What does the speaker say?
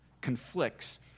conflicts